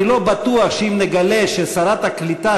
אני לא בטוח שאם נגלה ששרת הקליטה